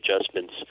adjustments